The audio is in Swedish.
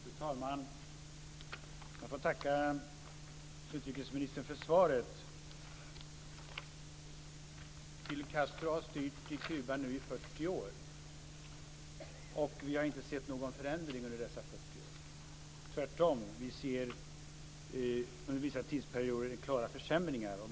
Fru talman! Jag får tacka utrikesministern för svaret. Fidel Castro har nu styrt Kuba i 40 år, och vi har inte sett någon förändring under dessa år. Tvärtom ser vi klara försämringar under vissa tidsperioder.